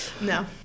No